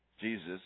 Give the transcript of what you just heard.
Jesus